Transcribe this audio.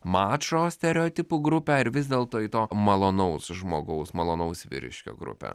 mačo stereotipų grupę ar vis dėlto į to malonaus žmogaus malonaus vyriškio grupę